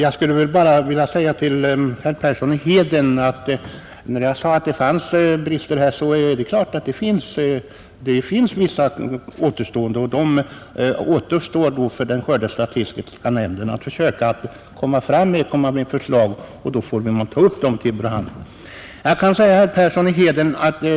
Herr talman! Jag sade, herr Persson i Heden, att det finns vissa återstående brister, och då får skördestatistiska nämnden ta upp dessa problem och försöka framlägga förslag som vi kan behandla.